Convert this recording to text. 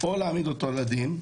או להעמיד אותו לדין,